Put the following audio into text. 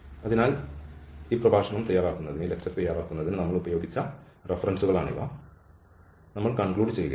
അതിനാൽ ഈ പ്രഭാഷണം തയ്യാറാക്കുന്നതിന് നമ്മൾ ഉപയോഗിച്ച റഫറൻസുകളാണ് ഇവ നമ്മൾ കൺക്ലൂഡ് ചെയ്യുന്നു